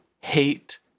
hate